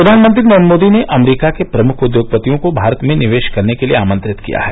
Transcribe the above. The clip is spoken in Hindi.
प्रधानमंत्री नरेंद्र मोदी ने अमरीका के प्रमुख उद्योगपतियों को भारत में निवेश करने के लिए आमंत्रित किया है